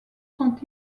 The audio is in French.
sont